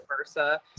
versa